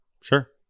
sure